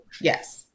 yes